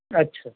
اچھا